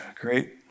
great